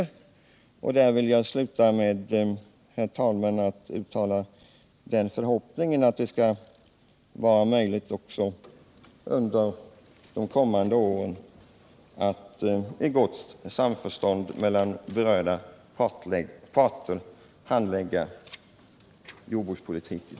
Jag vill, herr talman, sluta med att uttala den förhoppningen att det skall vara möjligt också under de kommande åren att i gott samförstånd mellan de berörda parterna handlägga jordbrukspolitiken.